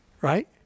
Right